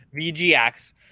VGX